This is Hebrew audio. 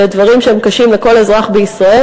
אלה דברים שהם קשים לכל אזרח בישראל.